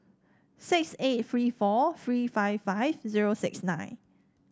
six eight three four three five five zero six nine